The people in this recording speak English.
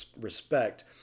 respect